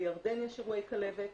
בירדן יש אירועי כלבת.